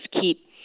keep